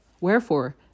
Wherefore